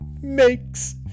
makes